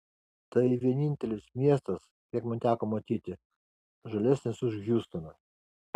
tai vienintelis miestas kiek man teko matyti žalesnis už hjustoną